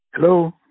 Hello